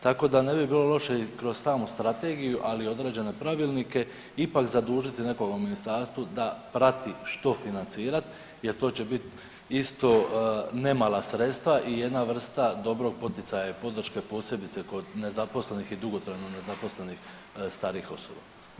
Tako da ne bi bilo loše i kroz samu strategiju ali i određene pravilnike ipak zadužiti nekoga u ministarstvu da prati što financirat jer to će bit isto ne mala sredstva i jedna vrsta dobrog poticaja i podrške posebice kod nezaposlenih i dugotrajno nezaposlenih starijih osoba.